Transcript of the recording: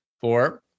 four